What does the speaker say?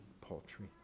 paltry